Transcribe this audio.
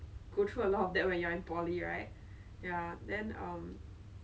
I decided not to eat it but then I kept the case that I will get hungry